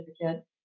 certificate